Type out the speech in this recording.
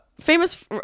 Famous